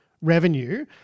revenue